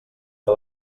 que